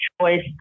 choice